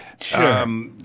Sure